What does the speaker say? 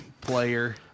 player